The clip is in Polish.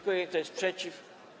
Kto jest przeciw?